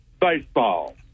baseball